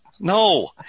No